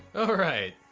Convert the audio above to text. alright.